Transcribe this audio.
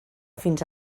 fins